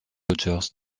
dodgers